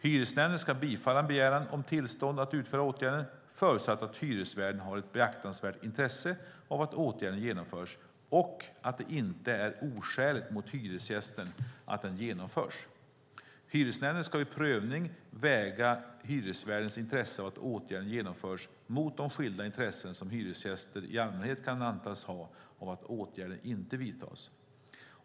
Hyresnämnden ska bifalla en begäran om tillstånd att utföra åtgärden, förutsatt att hyresvärden har ett beaktansvärt intresse av att åtgärden genomförs och att det inte är oskäligt mot hyresgästen att den genomförs. Hyresnämnden ska vid prövning väga hyresvärdens intresse av att åtgärden genomförs mot de skilda intressen som hyresgäster i allmänhet kan antas ha av att åtgärden inte vidtas.